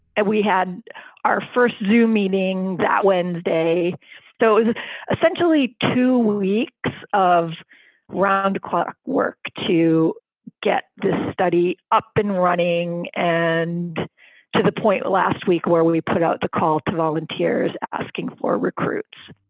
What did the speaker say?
and we had our first zew meeting that wednesday so is essentially two weeks of round clock work to get this study up and running. and to the point last week where we put out the call to volunteers asking for recruits